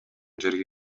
жерге